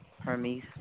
Hermes